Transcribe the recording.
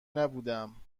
نبودهام